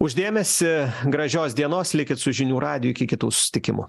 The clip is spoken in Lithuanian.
už dėmesį gražios dienos likit su žinių radiju iki kitų susitikimų